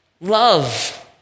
love